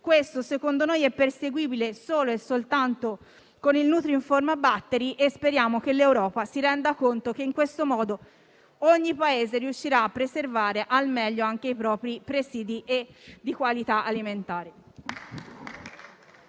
obiettivo, secondo noi, è perseguibile solo e soltanto con il nutrinform battery. E speriamo che l'Europa si renda conto che, in questo modo, ogni Paese riuscirà a preservare al meglio anche i propri presidi di qualità alimentare.